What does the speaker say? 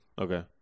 Okay